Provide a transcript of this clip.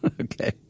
Okay